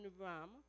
ram